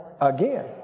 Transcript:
again